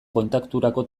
kontakturako